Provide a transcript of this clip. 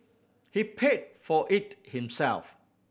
he paid for it himself